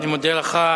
אני מודה לך.